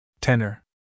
Tenor